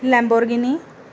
Lamborghini